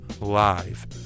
live